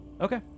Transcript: Okay